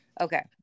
okay